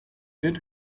wird